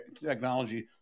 technology